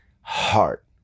heart